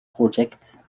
project